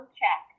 check